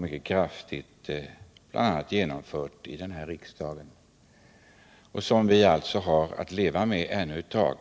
mycket kraftfullt genomdrivit här i riksdagen. Det har vi att leva med ännu ett tag.